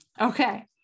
okay